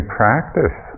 practice